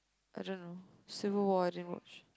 I dunno civil-war I didn't watch